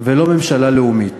ולא ממשלה לאומית.